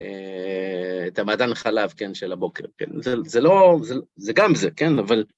את המעדן חלב, כן, של הבוקר, כן, זה לא, זה גם זה, כן, אבל...